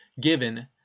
given